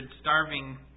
starving